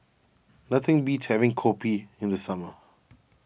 nothing beats having Kopi in the summer